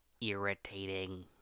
irritating